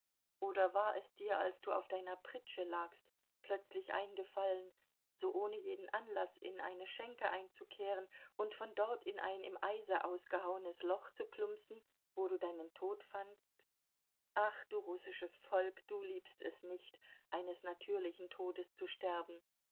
oder war es dir als du auf deiner pritsche lagst plötzlich eingefallen so ohne jeden anlaß in eine schenke einzukehren und von dort in ein im eise ausgehauenes loch zu plumpsen wo du deinen tod fandst ach du russisches volk du liebst es nicht eines natürlichen todes zu sterben